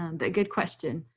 um but good question.